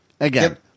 Again